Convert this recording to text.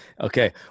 Okay